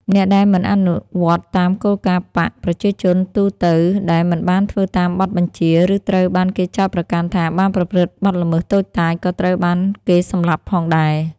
អ្នកដែលមិនអនុវត្តតាមគោលការណ៍បក្ស ប្រជាជនទូទៅដែលមិនបានធ្វើតាមបទបញ្ជា ឬត្រូវបានគេចោទប្រកាន់ថាបានប្រព្រឹត្តបទល្មើសតូចតាច ក៏ត្រូវបានគេសម្លាប់ផងដែរ។